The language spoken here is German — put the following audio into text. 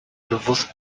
bewusst